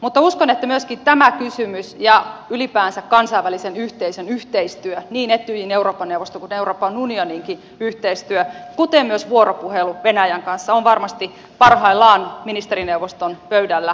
mutta uskon että myöskin tämä kysymys ja ylipäänsä kansainvälisen yhteisön yhteistyö niin etyjin euroopan neuvoston kuin euroopan unioninkin yhteistyö kuten myös vuoropuhelu venäjän kanssa on varmasti parhaillaan ministerineuvoston pöydällä keskustelunaiheena